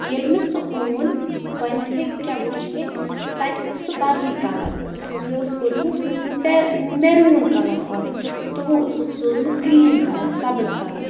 ییٚلہِ مےٚ سُہ اوٚن گۄڈنٮ۪تھے کیاہ وٕچھ مےٚ تَتہِ اوس سُہ بَدلی کَلر مےٚ اوس کوٚرمُت میرون کَلر آڈر تِمو اوسُک سوزمُت گریٖن کَلر سَبٕز کَلر